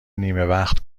نیمهوقت